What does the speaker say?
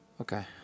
Okay